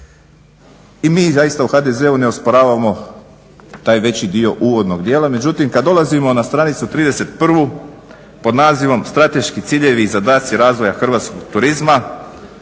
I mi zaista u HDZ-u ne osporavamo taj veći dio uvodnog dijela, međutim kada dolazimo na stranicu 31.pod nazivom Strateški ciljevi i zadaci razvoja hrvatskog turizma,